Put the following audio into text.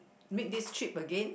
meet this trip again